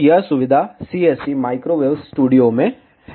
तो यह सुविधा CST माइक्रोवेव स्टूडियो में है